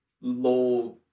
law